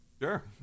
Sure